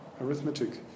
arithmetic